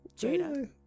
Jada